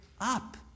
up